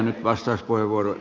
arvoisa puhemies